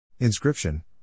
Inscription